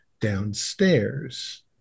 downstairs